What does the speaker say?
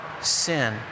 sin